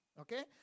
Okay